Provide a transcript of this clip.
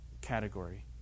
category